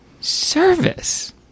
Service